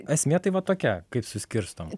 esmė tai va tokia kaip suskirstom